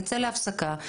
נצא להפסקה,